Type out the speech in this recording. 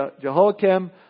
Jehoiakim